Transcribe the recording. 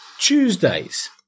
Tuesdays